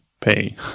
pay